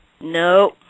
No